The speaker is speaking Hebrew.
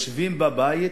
הם יושבים בבית